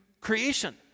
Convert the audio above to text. creation